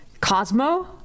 Cosmo